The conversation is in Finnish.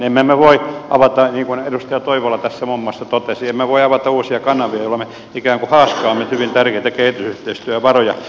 emme me voi avata niin kuin edustaja toivola tässä muun muassa totesi uusia kanavia jolloin me ikään kuin haaskaamme hyvin tärkeitä kehitysyhteistyövaroja